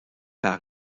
par